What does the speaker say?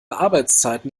arbeitszeiten